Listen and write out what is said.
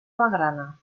magrana